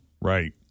Right